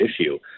issue